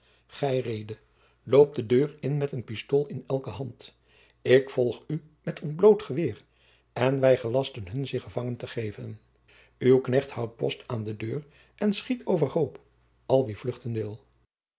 loopt de deur in met een pistool in elke hand ik volg u met ontbloot geweer en wij gelasten hun zich gevangen te geven uw knecht houdt post aan de deur en schiet overhoop al wie vluchten wil